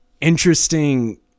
interesting